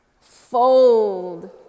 Fold